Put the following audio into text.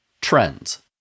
trends